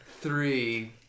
Three